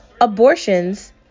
Abortions